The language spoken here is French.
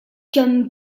comme